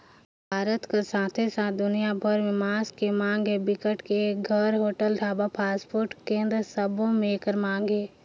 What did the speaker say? भारत कर साथे साथ दुनिया भर में मांस के मांग ह बिकट के हे, घर, होटल, ढाबा, फास्टफूड केन्द्र सबो में एकर मांग अहे